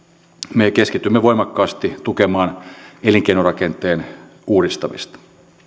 me keskitymme voimakkaasti tukemaan elinkeinorakenteen uudistamista